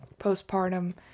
postpartum